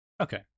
Okay